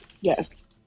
Yes